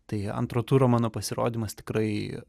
tai antro turo mano pasirodymas tikrai